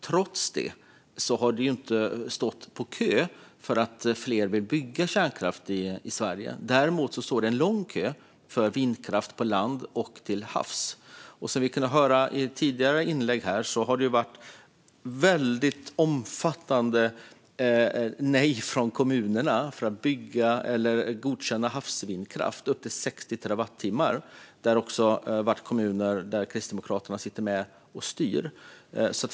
Trots det har det inte varit kö för att få bygga kärnkraft i Sverige. Däremot är det en lång kö för att få att bygga vindkraft på land och till havs. Som vi kunde höra i ett tidigare inlägg här har det varit väldigt omfattande nej från kommunerna för att godkänna havsvindkraft upp till 60 terawattimmar, och det har också varit så i kommuner där Kristdemokraterna är med och styr.